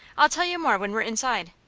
i'll tell you more when we're inside.